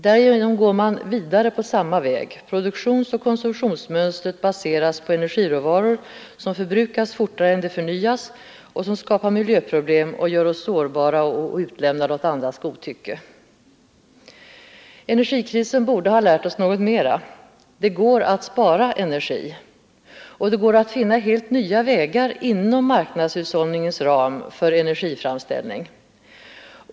Därigenom går man vidare på samma väg: produktionsoch konsumtionsmönstret baseras på energiråvaror som förbrukas fortare än de förnyas och som skapar miljöproblem och gör oss sårbara och utlämnade åt andras godtycke. Energikrisen borde ha lärt oss något mera: Det går att spara energi. Och det går att finna helt nya vägar inom marknadshushållningens ram för energiframställning.